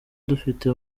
dufite